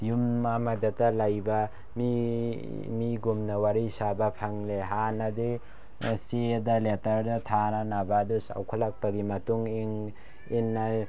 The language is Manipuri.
ꯌꯨꯝ ꯑꯃꯗꯇ ꯂꯩꯕ ꯃꯤꯒꯨꯝꯅ ꯋꯥꯔꯤ ꯁꯥꯕ ꯐꯪꯂꯦ ꯍꯥꯟꯅꯗꯤ ꯆꯦꯗ ꯂꯦꯇꯔꯗ ꯊꯥꯅꯔꯕꯗꯨ ꯆꯥꯎꯈꯠꯂꯛꯄꯒꯤ ꯃꯇꯨꯡ ꯏꯟꯅ